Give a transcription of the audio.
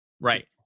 right